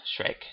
Shrek